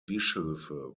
bischöfe